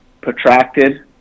protracted